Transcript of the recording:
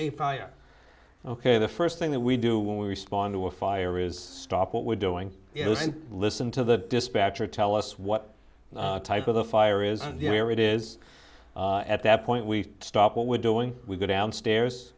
a fire ok the first thing that we do when we respond to a fire is stop what we're doing and listen to the dispatcher tell us what type of the fire is in the air it is at that point we stop what we're doing we go downstairs